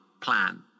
plan